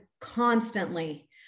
constantly